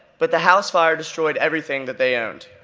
but the house fire destroyed everything that they owned.